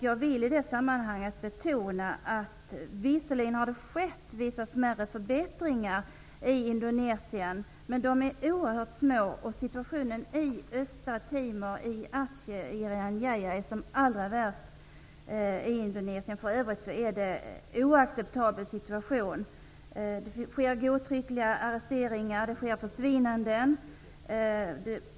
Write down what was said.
Jag vill i det sammanhanget betona att det visserligen har skett vissa smärre förbättringar i Indonesien, men dessa är oerhört små. I Indonesien är det i Östra Timor i Irian Jaya som situationen är som allra värst. För övrigt är situationen oacceptabel. Det sker godtyckliga arresteringar, och det sker försvinnanden.